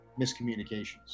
miscommunications